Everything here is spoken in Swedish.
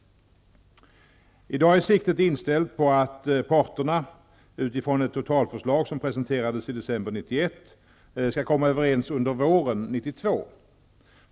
I dag är siktet inställt på att parterna -- utifrån ett totalförslag som presenterades i december 1991 -- skall komma överens under våren 1992.